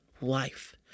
life